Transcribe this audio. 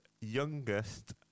youngest